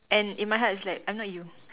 and in my heart it's like I'm not you